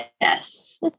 yes